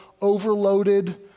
overloaded